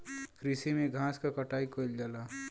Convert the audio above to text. कृषि में घास क कटाई कइल जाला